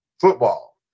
football